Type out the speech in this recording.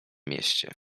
mieście